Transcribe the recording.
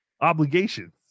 obligations